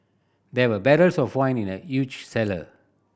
there were barrels of wine in the huge cellar